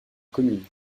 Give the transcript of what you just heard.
commune